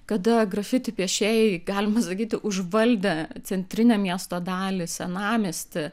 kada grafiti piešėjai galima sakyti užvaldė centrinę miesto dalį senamiestį